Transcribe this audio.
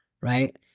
right